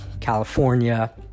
California